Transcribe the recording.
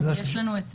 סיימנו את ההכרזה.